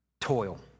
toil